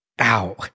Ow